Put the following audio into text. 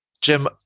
Jim